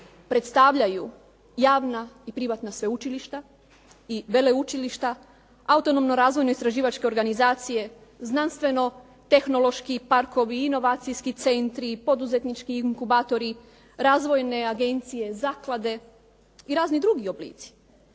predstavljaju javna i privatna sveučilišta i veleučilišta, autonomno-razvojne istraživačke organizacije, znanstveno-tehnološki parkovi, inovacijski centri, poduzetnički inkubatori, razvojne agencije, zaklade i razni drugi oblici.